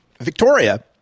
Victoria